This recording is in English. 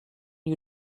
you